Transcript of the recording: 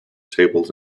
tables